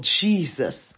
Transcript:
Jesus